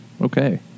Okay